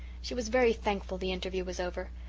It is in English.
she was very thankful the interview was over.